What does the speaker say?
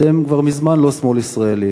אתם כבר מזמן לא שמאל ישראלי,